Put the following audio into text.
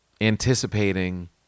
anticipating